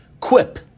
quip